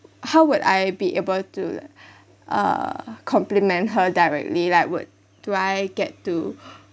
how would I be able to like uh compliment her directly like would do I get to